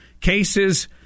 Cases